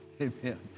Amen